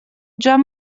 joan